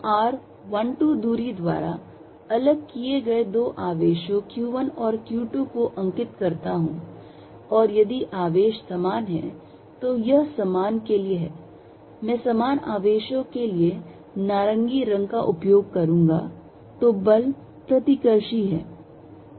मैं r12 दूरी द्वारा अलग किए गए दो आवेशों q1 और q2 को अंकित करता हूं और यदि आवेश समान हैं तो यह समान के लिए है मैं समान आवेशों के लिए नारंगी रंग का उपयोग करूंगा तो बल प्रतिकर्षी है